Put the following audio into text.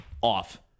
off